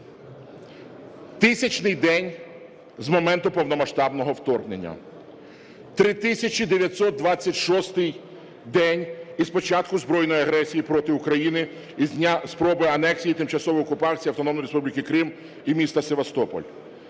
1000-й день з моменту повномасштабного вторгнення. 3926-й день з початку збройної агресії проти України і з дня спроби анексії і тимчасової окупації Автономної Республіки Крим і міста Севастополь.